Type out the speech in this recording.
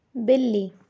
बिल्ली